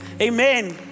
Amen